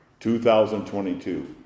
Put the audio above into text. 2022